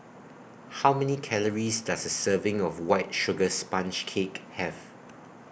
How Many Calories Does A Serving of White Sugar Sponge Cake Have